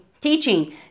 teaching